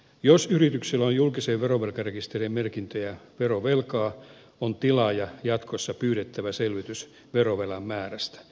jos yrityksellä on julkisen verovelkarekisterin merkintöjä verovelkaa on tilaajan jatkossa pyydettävä selvitys verovelan määrästä